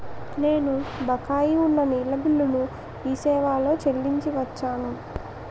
నేను బకాయి ఉన్న నీళ్ళ బిల్లును ఈ సేవాలో చెల్లించి వచ్చాను